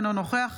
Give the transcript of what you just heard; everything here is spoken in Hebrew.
אינו נוכח